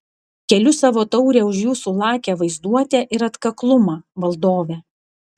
keliu savo taurę už jūsų lakią vaizduotę ir atkaklumą valdove